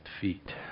feet